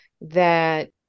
that-